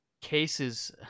cases